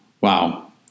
Wow